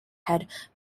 head